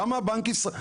למה בנק ישראל,